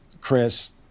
chris